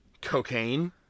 Cocaine